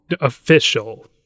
official